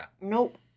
Nope